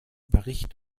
bericht